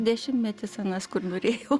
dešimtmetis anas kur norėjau